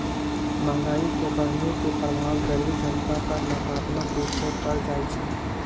महंगाई के बढ़ने के प्रभाव गरीब जनता पर नकारात्मक रूप से पर जाइ छइ